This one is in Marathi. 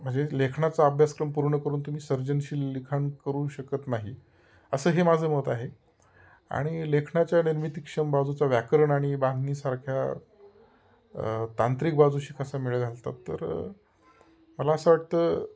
म्हणजे लेखनाचा अभ्यासक्रम पूर्ण करून तुम्ही सर्जनशील लिखाण करू शकत नाही असं हे माझं मत आहे आणि लेखनाच्या निर्मितीक्षम बाजूचा व्याकरण आणि बांधणीसारख्या तांत्रिक बाजूशी कसा मेळ घालतात तर मला असं वाटतं